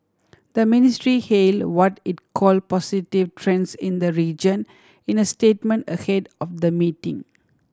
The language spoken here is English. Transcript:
the ministry hail what it called positive trends in the region in a statement ahead of the meeting